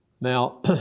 Now